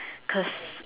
cos